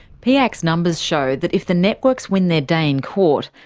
piac's numbers show that if the networks win their day in court,